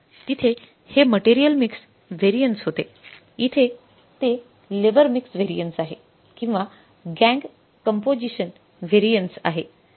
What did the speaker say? तिथे हे material mix variance होते इथे ते लेबर मिक्स व्हॅरियन्स आहे किंवा गॅंग कंपोझिशन व्हॅरियन्स आहे